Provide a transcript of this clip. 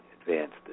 advanced